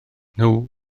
nhw